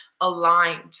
aligned